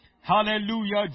Hallelujah